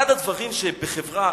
אחד הדברים שבחברה,